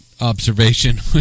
observation